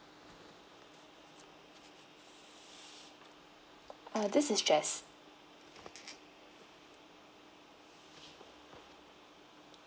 ah this is jess